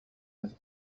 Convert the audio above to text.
التي